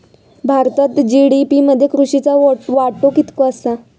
भारतात जी.डी.पी मध्ये कृषीचो वाटो कितको आसा?